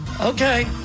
Okay